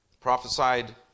Prophesied